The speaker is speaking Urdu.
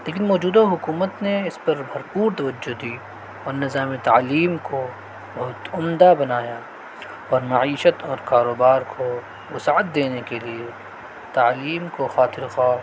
لیکن موجودہ حکومت نے اس پر بھرپور توجہ دی اور نظام تعلیم کو بہت عمدہ بنایا اور معیشت اور کاروبار کو وسعت دینے کے لیے تعلیم کو خاطر خواہ